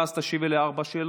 ואז תשיבי על ארבע השאלות,